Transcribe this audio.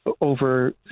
over